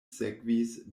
sekvis